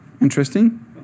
Interesting